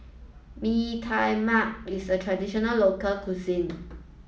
Mee Tai Mak is a traditional local cuisine